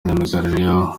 myugariro